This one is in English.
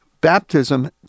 baptism